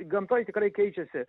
gamtoj tikrai keičiasi